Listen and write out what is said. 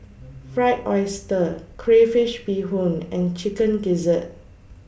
Fried Oyster Crayfish Beehoon and Chicken Gizzard